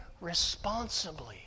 responsibly